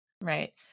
Right